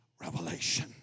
revelation